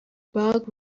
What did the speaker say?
bug